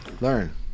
Learn